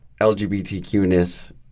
lgbtq-ness